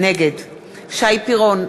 נגד שי פירון,